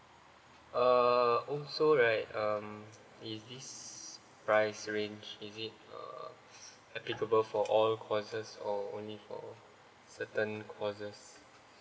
uh oh so right um is this price range is it uh above all courses or only for certain courses